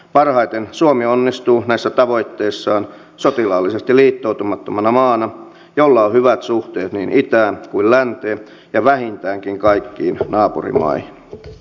parhaiten suomi onnistuu näissä tavoitteissaan sotilaallisesti liittoutumattomana maana jolla on hyvät suhteet niin itään kuin länteen ja vähintäänkin kaikkiin naapurimaihin